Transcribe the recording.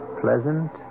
pleasant